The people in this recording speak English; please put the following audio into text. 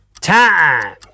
Time